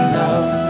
love